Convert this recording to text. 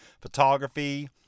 photography